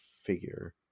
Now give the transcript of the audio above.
figure